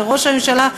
לראש הממשלה,